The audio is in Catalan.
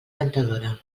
ventadora